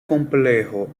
complejo